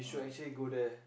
uh